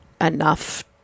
enough